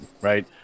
right